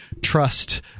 trust